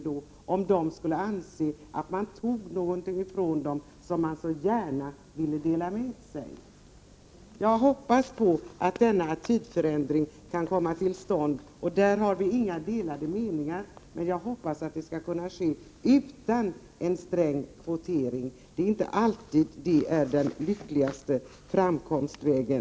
Skulle parterna anse att man tog något från dem som de så gärna vill dela med sig av? Jag hoppas att denna attitydförändring kan komma till stånd. Där har vi inga delade meningar, men jag hoppas att det skall kunna ske utan en sträng kvotering. Den är inte alltid den lyckligaste vägen.